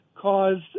caused